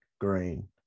green